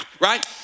right